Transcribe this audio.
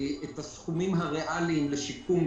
את הסכומים הריאליים לשיקום.